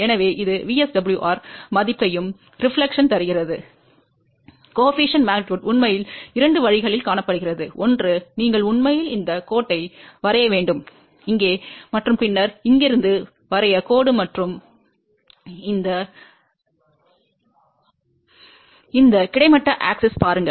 எனவே இது VSWR மதிப்பையும் பிரதிபலிப்பையும் தருகிறது குணக அளவு உண்மையில் இரண்டு வழிகளில் காணப்படுகிறது ஒன்று நீங்கள் உண்மையில் இந்த கோட்டை வரைய வேண்டும் இங்கே மற்றும் பின்னர் இங்கிருந்து வரைய கோடு மற்றும் இந்த கிடைமட்ட அச்சைப் பாருங்கள்